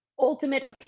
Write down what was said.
ultimate